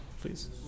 Please